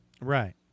right